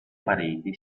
pareti